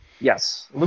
Yes